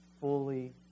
fully